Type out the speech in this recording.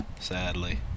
Sadly